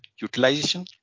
utilization